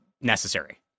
necessary